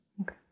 Okay